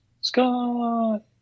Scott